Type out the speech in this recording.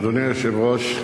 אדוני היושב-ראש,